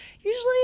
usually